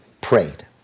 prayed